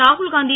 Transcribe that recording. Rahul Gandhi